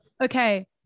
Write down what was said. Okay